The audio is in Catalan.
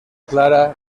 clara